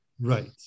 right